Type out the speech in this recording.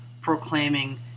proclaiming